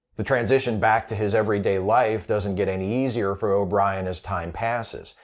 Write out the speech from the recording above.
the transition back to his everyday life doesn't get any easier for o'brien as time passes.